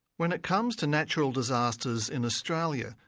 when it comes to natural disasters in australia,